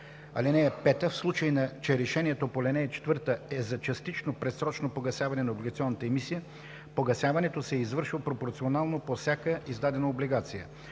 емисия. (5) В случай че решението по ал. 4 е за частично предсрочно погасяване на облигационната емисия, погасяването се извършва пропорционално по всяка издадена облигация.